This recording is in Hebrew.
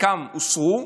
חלקן הוסרו,